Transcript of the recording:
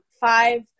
five